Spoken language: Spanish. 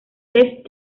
vez